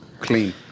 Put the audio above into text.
clean